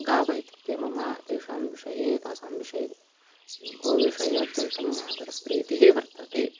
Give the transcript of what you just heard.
गावः इत्युक्ते मम तेषां विषये तासां विषये गोविषये अत्यन्तम् आदरप्रीतिः वर्तते